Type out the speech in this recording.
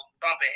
bumping